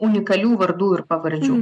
unikalių vardų ir pavardžių